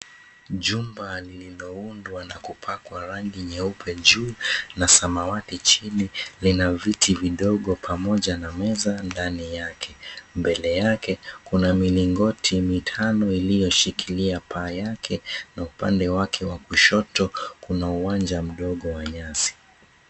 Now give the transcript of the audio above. Jumba lililoundwa na kupakwa rangi nyeupe juu, na samawati chini lina viti vidogo pamoja na meza ndani yake. Mbele yake, kuna milingoti mitano iliyoshikilia paa yake, na upande wake wa kushoto, kuna uwanja mdogo wa nyasi.